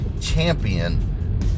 champion